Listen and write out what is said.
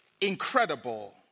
incredible